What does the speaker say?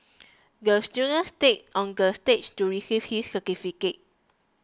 the student skate onto the stage to receive his certificate